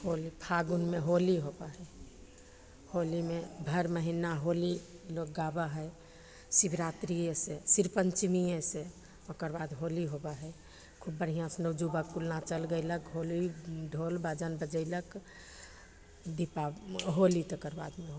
होली फागुनमे होली होबै हइ होलीमे भरि महिना होली लोक गाबै हइ शिवरातिएसे शिर पञ्चमिएसे ओकर बाद होली होबै हइ खूब बढ़िआँसे नवयुवक नाचल गैलक होली ढोल बाजन बजेलक दीप होली तकर बाद